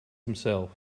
himself